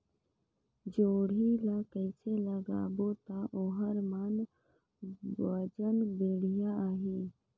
जोणी ला कइसे लगाबो ता ओहार मान वजन बेडिया आही?